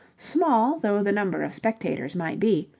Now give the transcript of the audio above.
small though the numbers of spectators might be,